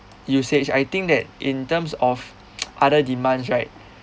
usage I think that in terms of other demands right